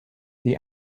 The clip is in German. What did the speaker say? the